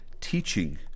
teaching